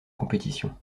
compétition